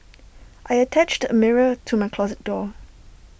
I attached A mirror to my closet door